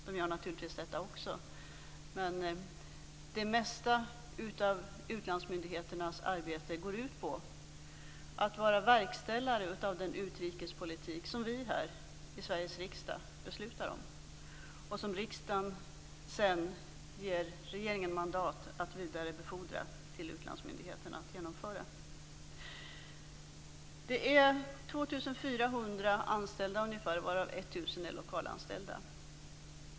De gör naturligtvis även detta, men det mesta av utlandsmyndigheternas arbete går ut på att vara verkställare av den utrikespolitik som vi här i Sveriges riksdag fattar beslut om och som riksdagen sedan ger regeringen mandat att vidarebefordra till utlandsmyndigheterna att genomföra. 1 000 är lokalanställda.